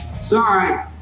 Sorry